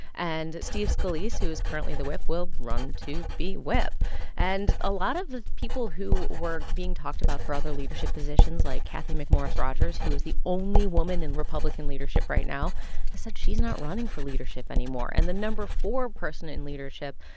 and steve scalise, who is currently the whip, will run to be whip and a lot of the people who were being talked about for other leadership positions like cathy mcmorris rodgers, who is the only woman in republican leadership right now has said she's not running for leadership anymore. and the no. four person in leadership,